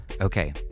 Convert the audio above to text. Okay